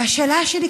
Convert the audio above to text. והשאלה שלי,